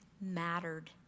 mattered